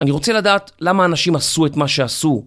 אני רוצה לדעת למה האנשים עשו את מה שעשו